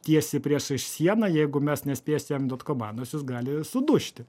tiesiai priešais sieną jeigu mes nespėsim jam duot komandos jis gali sudužti